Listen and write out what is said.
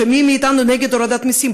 ומי מאתנו נגד הורדת מסים?